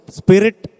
spirit